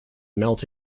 melt